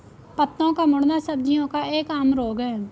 पत्तों का मुड़ना सब्जियों का एक आम रोग है